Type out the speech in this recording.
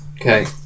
Okay